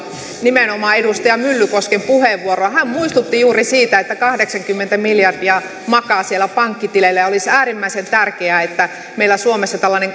nimenomaan edustaja myllykosken puheenvuoroa hän muistutti juuri siitä että kahdeksankymmentä miljardia makaa siellä pankkiteillä olisi äärimmäisen tärkeää että meillä suomessa tällainen